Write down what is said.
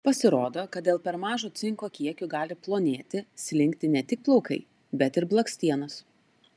pasirodo kad dėl per mažo cinko kiekio gali plonėti slinkti ne tik plaukai bet ir blakstienos